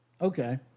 Okay